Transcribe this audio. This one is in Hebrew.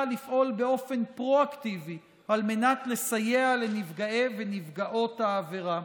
לפועל באופן פרואקטיבי על מנת לסייע לנפגעי ונפגעות העבירה.